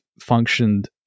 functioned